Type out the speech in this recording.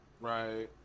right